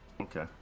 Okay